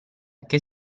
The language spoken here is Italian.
che